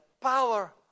power